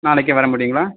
நாளைக்கே வரமுடியுங்களா